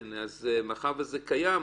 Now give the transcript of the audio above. כן, אז מאחר וזה קיים,